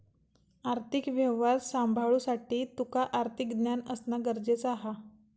आर्थिक व्यवहार सांभाळुसाठी तुका आर्थिक ज्ञान असणा गरजेचा हा